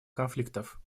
конфликтов